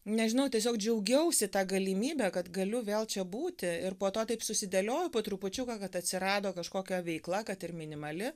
nežinau tiesiog džiaugiausi ta galimybe kad galiu vėl čia būti ir po to taip susidėliojo po trupučiuką kad atsirado kažkokia veikla kad ir minimali